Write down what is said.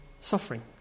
suffering